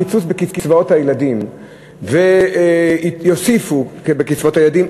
הקיצוץ בקצבאות הילדים ויוסיפו בקצבאות הילדים,